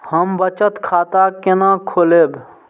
हम बचत खाता केना खोलैब?